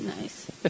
Nice